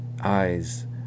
eyes